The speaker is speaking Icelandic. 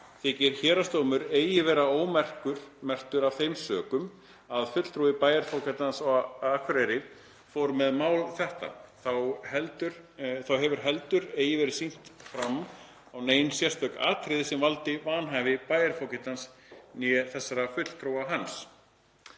Þykir héraðsdómur eigi verða ómerktur af þeim sökum, að fulltrúi bæjarfógetans á Akureyri fór með mál þetta. Þá hefur heldur eigi verið sýnt fram á nein sérstök atriði, sem valdi vanhæfi bæjarfógetans né þessa fulltrúa hans.““